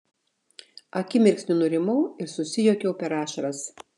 akimirksniu nurimau ir susijuokiau per ašaras